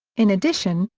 in addition,